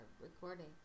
recording